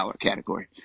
category